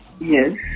Yes